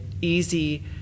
easy